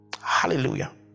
hallelujah